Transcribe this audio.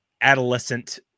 adolescent